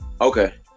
Okay